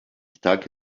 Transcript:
stuck